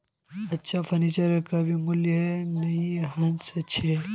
अच्छा फर्नीचरेर कभी मूल्यह्रास नी हो छेक